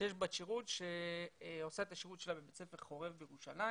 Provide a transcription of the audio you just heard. שיש בת שירות שעושה את השירות שלה בבית ספר חורב בירושלים,